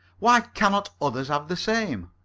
why cannot others have the same.